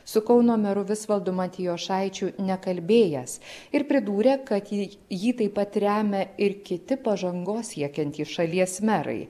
su kauno meru visvaldu matijošaičiu nekalbėjęs ir pridūrė kad jį jį taip pat remia ir kiti pažangos siekiantys šalies merai